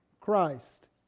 Christ